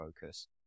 focus